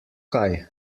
kaj